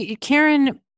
Karen